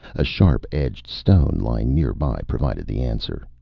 a sharp-edged stone lying nearby provided the answer.